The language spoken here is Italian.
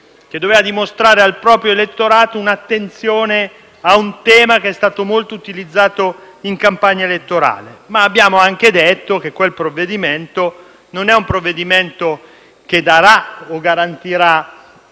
che doveva dimostrare al proprio elettorato l'attenzione a un tema che è stato molto utilizzato in campagna elettorale. Ma abbiamo anche detto che quello non è un provvedimento che darà o garantirà